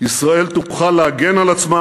ישראל תוכל להגן על עצמה